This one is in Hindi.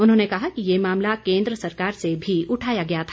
उन्होंने कहा कि ये मामला केन्द्र सरकार से भी उठाया गया था